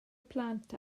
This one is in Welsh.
plant